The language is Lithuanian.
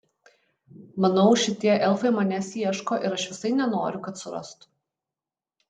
manau šitie elfai manęs ieško ir aš visai nenoriu kad surastų